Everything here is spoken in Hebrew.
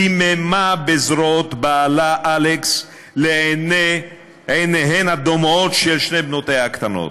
דיממה בזרועות בעלה אלכס לנגד עיניהן הדומעות של שתי בנותיה הקטנות.